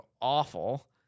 awful